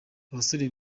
abasore